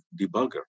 debugger